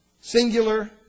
singular